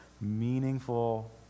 meaningful